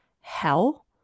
hell